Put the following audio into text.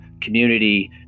community